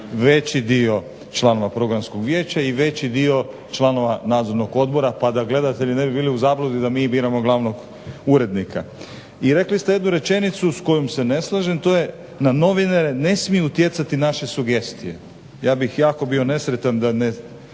veći dio članova Programskog vijeća i veći dio članova Nadzornog odbora. Pa da gledatelji ne bi bili u zabludi da mi biramo glavnog urednika. I rekli ste jednu rečenicu s kojom se ne slažem, to je na novinare ne smiju utjecati naše sugestije. Ja bih jako bio nesretan da ne